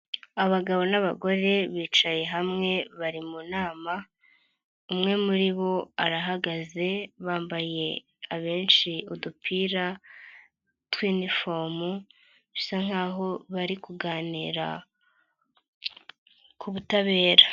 Abagabo n'abagore bicaye hamwe bari mu nama, umwe muri bo arahagaze, bambaye abenshi udupira tw'inifomu, bisa nkaho bari kuganira ku butabera.